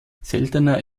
seltener